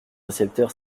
récepteur